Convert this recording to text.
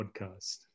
podcast